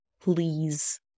please